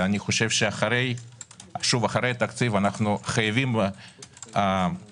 אני חושב שאחרי התקציב אנו חייבים לקיים